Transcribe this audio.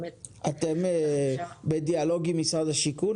האם אתם בדיאלוג עם משרד השיכון?